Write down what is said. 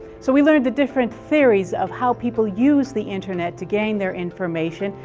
so we learned the different theories of how people use the internet to gain their information,